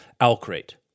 Alcrate